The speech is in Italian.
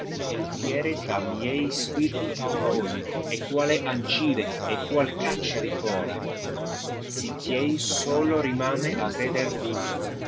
l fiere tra miei spirti paurosi e quale ancide e qual càccia di fora sicch ei solo rimane a veder tui